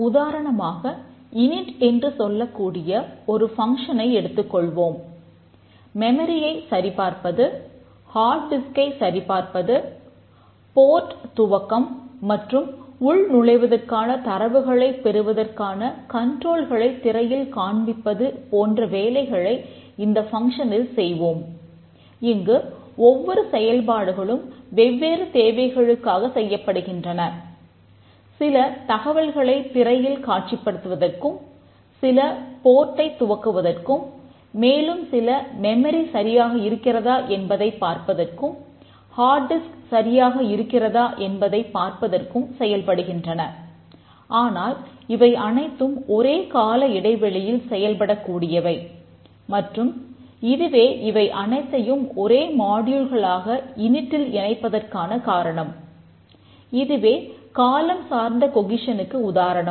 உதாரணமாக இன்நிட் உதாரணம்